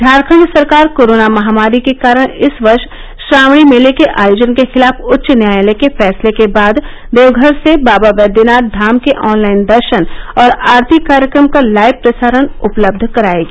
झारखंड सरकार कोरोना महामारी के कारण इस वर्ष श्रावणी मेले के आयोजन के खिलाफ उच्च न्यायालय के फैसले के बाद देवघर से बाबा बैद्यनाथ धाम के ऑनलाइन दर्शन और आरती कार्यक्रम का लाइव प्रसारण उपलब्य करायेगी